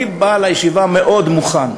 אני בא לישיבה מאוד מוכן.